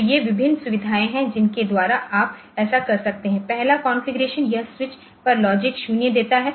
तो ये विभिन्न सुविधाएं हैं जिनके द्वारा आप ऐसा कर सकते हैं पहला कॉन्फ़िगरेशन यह स्विच पर लॉजिक 0 देता है